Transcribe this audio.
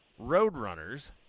Roadrunners